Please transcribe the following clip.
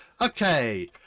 Okay